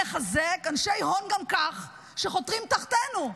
לחזק אנשי הון גם כך, שחותרים תחתינו,